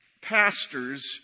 pastors